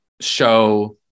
show